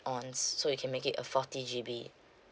ons so you can make it a forty G_B